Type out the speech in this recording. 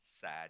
sad